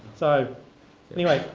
so anyway,